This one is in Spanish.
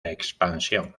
expansión